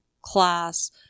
class